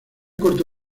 corta